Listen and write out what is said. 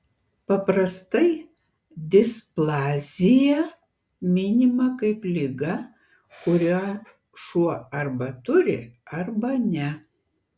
paprastai displazija minima kaip liga kurią šuo arba turi arba ne